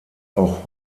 auch